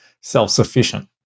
self-sufficient